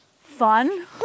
fun